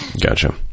Gotcha